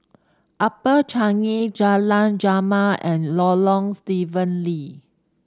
Upper Changi Jalan Jamal and Lorong Stephen Lee